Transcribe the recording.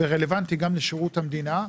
זה רלוונטי גם לשירות המדינה,